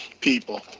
people